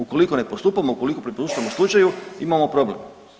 Ukoliko ne postupamo, ukoliko prepuštamo slučaju imamo problem.